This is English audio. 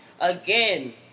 again